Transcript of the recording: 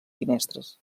finestres